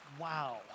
Wow